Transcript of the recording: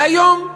והיום,